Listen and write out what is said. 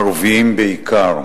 ערבים בעיקר.